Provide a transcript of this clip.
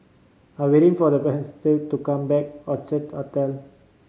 I'm waiting for the to come back Orchard Hotel